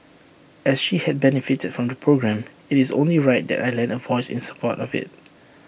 as she had benefited from the programme IT is only right that I lend A voice in support of IT